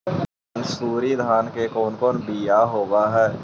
मनसूरी धान के कौन कौन बियाह होव हैं?